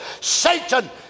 Satan